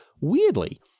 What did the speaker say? weirdly